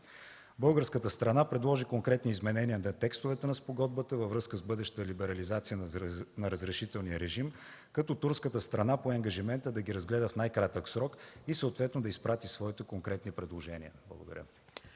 Българската страна предложи конкретни изменения на текстовете на спогодбата във връзка с бъдеща либерализация на разрешителния режим, като турската страна пое ангажимента да ги разгледа в най-кратък срок и съответно да изпрати своите конкретни предложения. Благодаря.